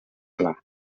pla